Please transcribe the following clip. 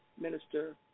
Minister